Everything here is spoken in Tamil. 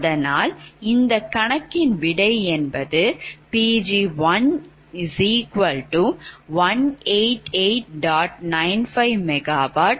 ஆதலால் இந்தக் கணக்கின் விடை என்பது Pg1188